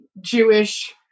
Jewish